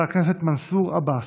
חבר הכנסת מנסור עבאס,